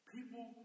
People